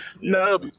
No